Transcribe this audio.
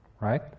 right